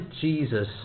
Jesus